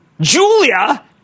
Julia